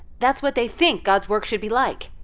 that's what they think god's work should be like.